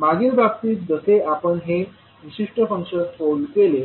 मागील बाबतीत जसे आपण हे विशिष्ट फंक्शन फोल्ड केले